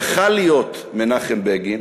יכול היה להיות מנחם בגין,